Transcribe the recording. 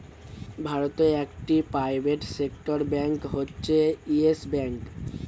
ভারতে একটি private sector bank হচ্ছে ইয়েস ব্যাঙ্ক